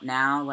now